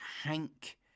Hank